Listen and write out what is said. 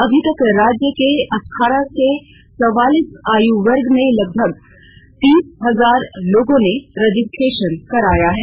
अभी तक राज्य के अठारह से चौवालीस आयुवर्ग में लगभग तीस हजार लोगों ने रजिस्ट्रेशन कराया है